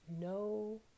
No